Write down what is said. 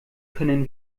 können